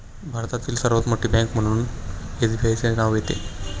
भारतातील सर्वात मोठी बँक म्हणून एसबीआयचे नाव येते